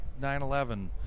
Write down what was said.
9-11